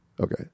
Okay